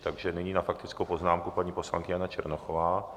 Takže nyní má faktickou poznámku paní poslankyně Jana Černochová.